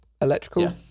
electrical